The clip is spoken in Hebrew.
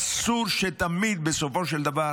אסור שתמיד בסופו של דבר